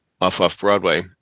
off-off-Broadway